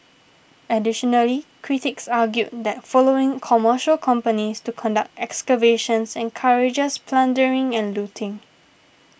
additionally critics argued that allowing commercial companies to conduct excavations encourages plundering and looting